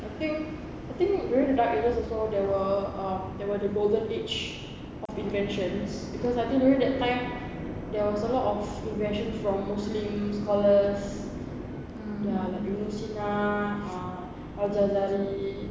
I think I think during the dark ages also there were there were the golden age of inventions because I think during that time there was a lot of inventions from muslim scholars ya like you know sina ah al jazali